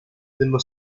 dello